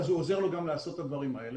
אז הוא עוזר לו גם לעשות את הדברים האלה.